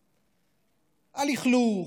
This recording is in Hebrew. הלכלוך,